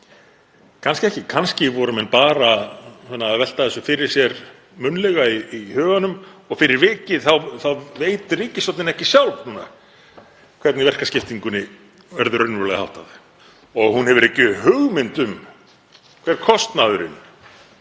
Kannski ekki. Kannski voru menn bara að velta þessu fyrir sér munnlega í huganum. Fyrir vikið þá veit ríkisstjórnin ekki sjálf núna hvernig verkaskiptingunni verður raunverulega háttað og hún hefur ekki hugmynd um hver kostnaðurinn